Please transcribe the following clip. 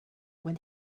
when